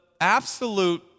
absolute